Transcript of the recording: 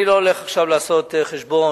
אני לא הולך עכשיו לעשות חשבון.